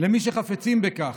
למי שחפצים בכך.